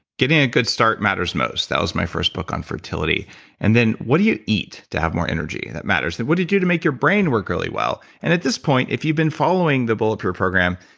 getting a good start matters most, that was my first book on fertility and then what do you eat to have more energy? that matters. then what do you do to make your brain work really well? and at this point, if you've been following the bulletproof program,